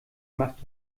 macht